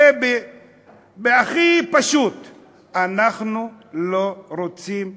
בצורה הכי פשוטה: אנחנו לא רוצים שלום.